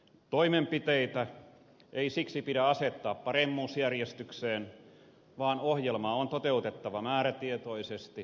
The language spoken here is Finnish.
toimenpiteitä ei siksi pidä asettaa paremmuusjärjestykseen vaan ohjelmaa on toteutettava määrätietoisesti ja tasapainoisesti